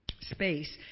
space